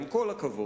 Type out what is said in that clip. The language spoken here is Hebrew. עם כל הכבוד,